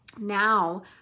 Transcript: Now